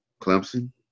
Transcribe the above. Clemson